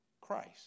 Christ